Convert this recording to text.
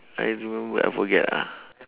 I don't know wait I forget ah